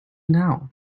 now